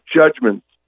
judgments